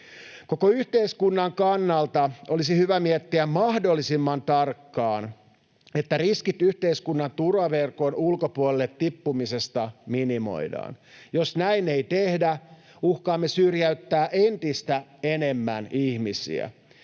Koko yhteiskunnan kannalta olisi hyvä miettiä mahdollisimman tarkkaan, että riskit yhteiskunnan turvaverkon ulkopuolelle tippumisesta minimoidaan. Jos näin ei tehdä, uhkaamme syrjäyttää entistä enemmän ihmisiä.